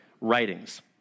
writings